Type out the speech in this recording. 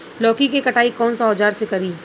लौकी के कटाई कौन सा औजार से करी?